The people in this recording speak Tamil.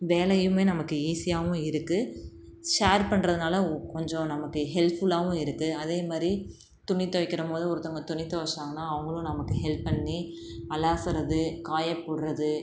வேலையுமே நமக்கு ஈசியாகவும் இருக்குது ஷேர் பண்ணுறதுனால கொஞ்சம் நமக்கு ஹெல்ப்ஃபுல்லாகவும் இருக்குது அதேமாதிரி துணி துவைக்கறபோது ஒருத்தங்க துணி துவச்சாங்கனா அவங்களும் நமக்கு ஹெல்ப் பண்ணி அலசுறது காய போடுறது